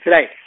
Right